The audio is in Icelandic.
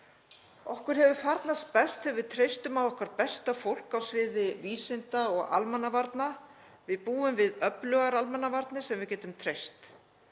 Okkur hefur farnast best þegar við treystum á okkar besta fólk á sviði vísinda og almannavarna. Við búum við öflugar almannavarnir sem við getum treyst.